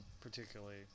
particularly